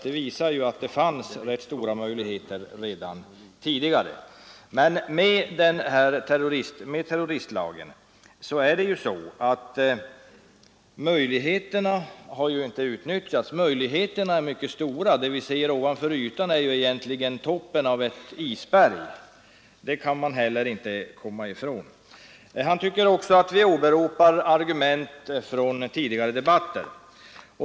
Det visar ju att det fanns rätt stora möjligheter redan tidigare. Men med terroristlagen är möjligheterna mycket stora även om de inte har utnyttjats. Det vi ser ovanför ytan är egentligen toppen av ett isberg — det kan man inte komma ifrån. Statsrådet Lidbom säger att vi åberopar argument från tidigare debatter.